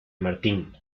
martín